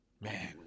Man